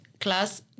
class